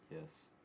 Yes